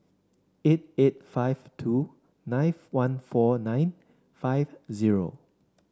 eight eight five two nine one four nine five zero